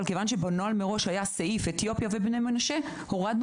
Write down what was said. כיוון שבנוהל מראש היה סעיף אתיופיה ובני מנשה הורדנו